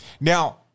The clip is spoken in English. Now